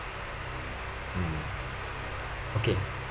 mm okay